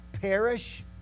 perish